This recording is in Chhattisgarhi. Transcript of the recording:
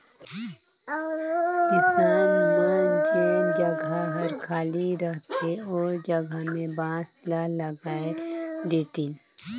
किसान मन जेन जघा हर खाली रहथे ओ जघा में बांस ल लगाय देतिन